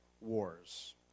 Wars